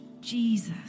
Jesus